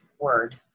word